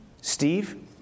Steve